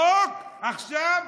ועכשיו,